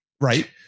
Right